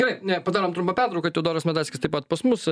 gerai ne padarom trumpą pertrauką teodoras medaiskis taip pat pas mus